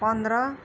पन्ध्र